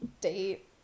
date